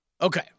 Okay